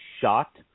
shot